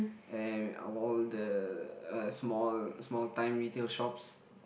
and all the uh small small time retail shops